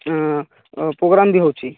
ହଁ ପ୍ରୋଗ୍ରାମ ବି ହେଉଛି